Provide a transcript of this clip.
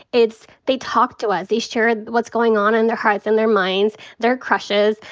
it's they talk to us. they share what's going on in their hearts and their minds, their crushes,